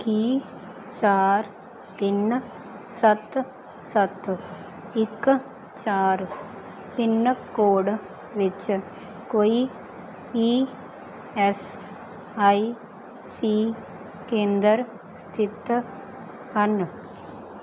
ਕੀ ਚਾਰ ਤਿੰਨ ਸੱਤ ਸੱਤ ਇੱਕ ਚਾਰ ਪਿੰਨ ਕੋਡ ਵਿੱਚ ਕੋਈ ਈ ਐੱਸ ਆਈ ਸੀ ਕੇਂਦਰ ਸਥਿਤ ਹਨ